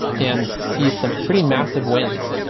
and see some pretty massive wins.